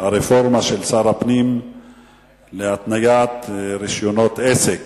הרפורמה של שר הפנים להתניית רשיונות עסק